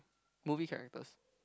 movie characters